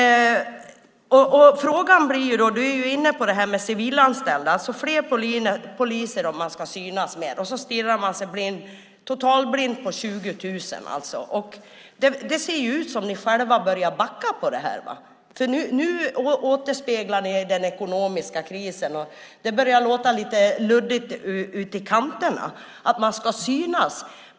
Frågan blir då följande. Du är inne på det här med civilanställda, fler poliser och att man ska synas mer. Och så stirrar man sig totalt blind på siffran 20 000. Det ser ju ut som om ni själva börjar backa här. Nu återspeglar ni den ekonomiska krisen, och det börjar låta lite luddigt ute i kanterna. Man ska synas.